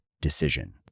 decision